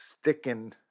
sticking